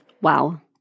Wow